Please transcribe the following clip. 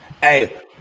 Hey